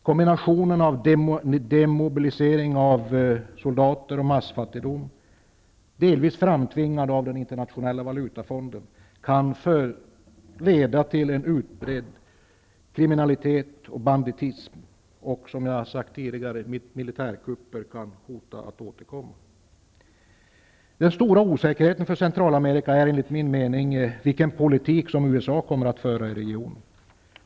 Kombinationen av demobilisering av soldater och massfattigdom, delvis framtvingad av Internationella valutafonden, kan leda till en utbredd kriminalitet och ''banditism''. Som jag sade kan hot om militärkupper uppstå igen. Den stora osäkerheten för Centralamerika utgörs, enligt min mening, av vilken politik som USA kommer att föra i regionen.